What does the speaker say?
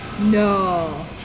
No